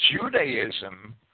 Judaism